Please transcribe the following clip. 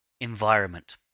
environment